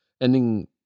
ending